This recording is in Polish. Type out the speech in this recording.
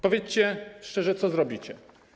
Powiedzcie szczerze: Co zrobicie?